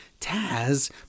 Taz